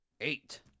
Eight